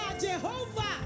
Jehovah